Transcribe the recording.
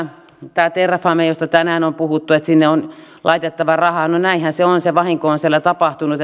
tämä terrafame josta tänään on puhuttu että sinne on laitettava rahaa no näinhän se on se vahinko on siellä tapahtunut